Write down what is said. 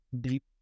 deep